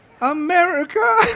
America